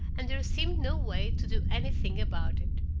and there seemed no way to do anything about it.